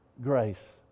grace